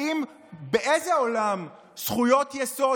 באיזה עולם זכויות יסוד,